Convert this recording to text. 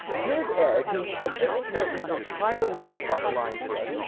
here's ed, who had just put his entire life on the line for us,